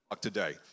today